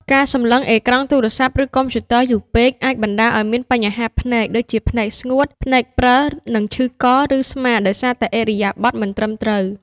ការសម្លឹងអេក្រង់ទូរស័ព្ទ ឬកុំព្យូទ័រយូរពេកអាចបណ្ដាលឱ្យមាន បញ្ហាភ្នែក (ដូចជាភ្នែកស្ងួត ភ្នែកព្រិល) និង ឈឺក ឬស្មាដោយសារតែឥរិយាបថមិនត្រឹមត្រូវ។